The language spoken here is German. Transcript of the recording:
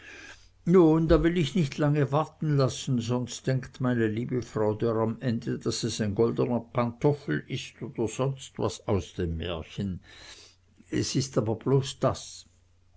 nun da will ich nicht lange warten lassen sonst denkt meine liebe frau dörr am ende daß es ein goldener pantoffel ist oder sonst was aus dem märchen es ist aber bloß das